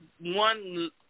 one